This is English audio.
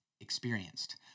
Experienced